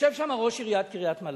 יושב שם ראש עיריית קריית-מלאכי.